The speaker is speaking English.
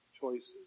choices